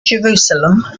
jerusalem